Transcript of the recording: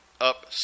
Up